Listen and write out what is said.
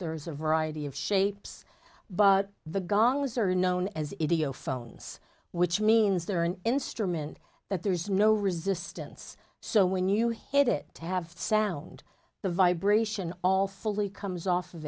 there's a variety of shapes but the gongs are known as idio phones which means they're an instrument that there is no resistance so when you hit it to have sound the vibration all fully comes off of